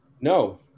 no